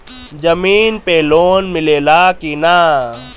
जमीन पे लोन मिले ला की ना?